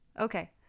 Okay